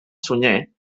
sunyer